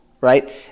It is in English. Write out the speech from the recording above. right